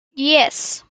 yes